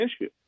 issue